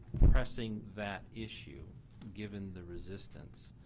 pressing that issue given the resistance,